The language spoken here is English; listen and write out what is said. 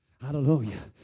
hallelujah